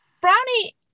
Brownie